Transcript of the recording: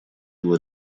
его